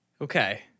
okay